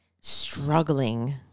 struggling